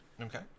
Okay